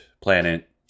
planet